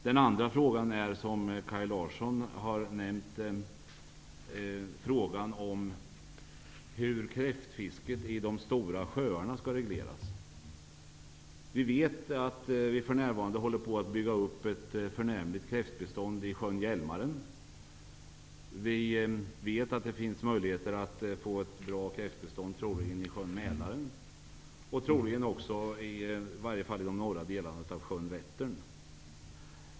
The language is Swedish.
Den andra handlar, som Kaj Larsson har nämnt, om hur kräftfisket i de stora sjöarna skall regleras. Vi vet att ett förnämligt kräftbestånd för närvarande håller på att byggas upp i Hjälmaren, och vi vet att det finns möjligheter till ett bra kräftbestånd i Mälaren och också i de norra delarna av Vättern.